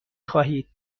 خواهید